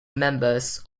members